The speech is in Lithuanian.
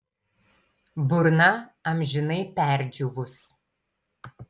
burna amžinai perdžiūvus